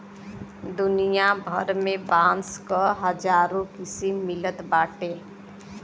दुनिया भर में बांस क हजारो किसिम मिलत बाटे